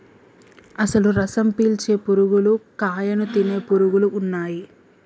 అసలు రసం పీల్చే పురుగులు కాయను తినే పురుగులు ఉన్నయ్యి